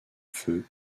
feu